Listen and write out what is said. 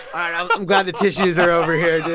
i'm i'm glad the tissues are over here,